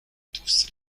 tous